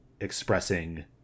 expressing